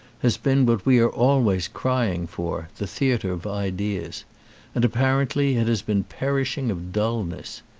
has been what we are always crying for, the theatre of ideas and apparently it has been perishing of dullness.